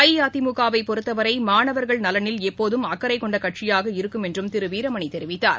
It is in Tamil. அஇஅதிமுக வை பொறுத்தவரைமாணவர்கள் நலனில் எப்போதும் அக்கறைகொண்டகட்சியாக இருக்கும் என்றும் திருவீரமணிதெரிவித்தார்